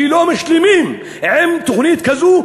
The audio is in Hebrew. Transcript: כי לא משלימים עם תוכנית כזו,